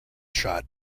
shot